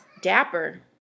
Dapper